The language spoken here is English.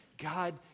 God